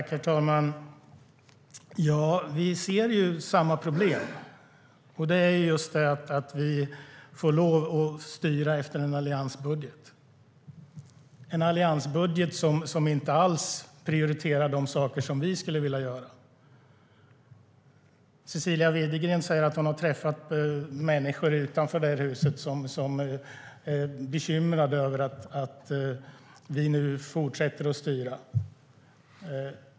Herr talman! Ja, vi ser samma problem, att vi får lov att styra efter en alliansbudget. Det är en budget som inte alls prioriterar de saker som vi skulle vilja prioritera. Cecilia Widegren säger att hon har träffat människor utanför det här huset som är bekymrade över att vi fortsätter att styra.